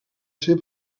ser